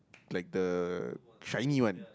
like the shiny one